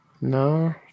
No